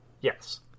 Yes